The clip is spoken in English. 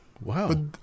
Wow